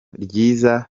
ryiza